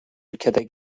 ülkede